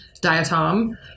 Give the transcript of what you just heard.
Diatom